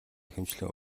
ихэвчлэн